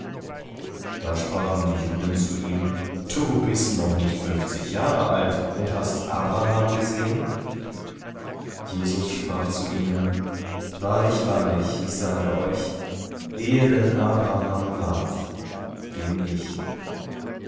da sprachen die juden zu ihm du bist noch nicht fünfzig jahre alt und hast abraham gesehen jesus sprach zu ihnen wahrlich wahrlich ich sage euch ehe denn abraham ward bin ich